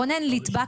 רונן ליטבאק,